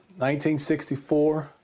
1964